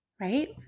Right